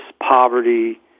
poverty